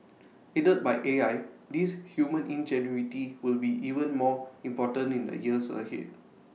aided by A I this human ingenuity will be even more important in the years ahead